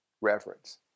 reverence